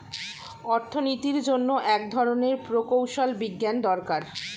অর্থনীতির জন্য এক ধরনের প্রকৌশল বিজ্ঞান দরকার